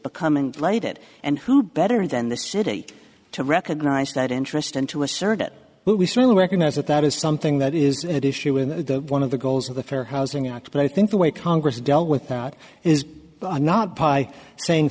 becoming laid it and who better than the city to recognize that interest and to assert it but we certainly recognize that that is something that is at issue in one of the goals of the fair housing act but i think the way congress dealt with that is not by saying